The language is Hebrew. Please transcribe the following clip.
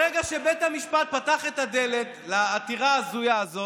ברגע שבית המשפט פתח את הדלת לעתירה ההזויה הזאת,